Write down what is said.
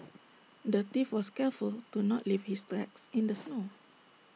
the thief was careful to not leave his tracks in the snow